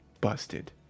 busted